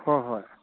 ꯍꯣꯏ ꯍꯣꯏ